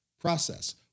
process